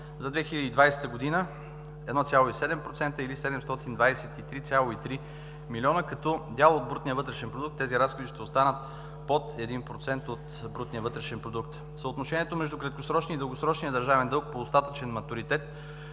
за 2020 г. – 1,70%, или 723,3 млн. лв. Като дял от брутния вътрешен продукт тези разходи ще останат под 1% от брутния вътрешен продукт. Съотношението между краткосрочния и дългосрочния държавен дълг по остатъчен матуритет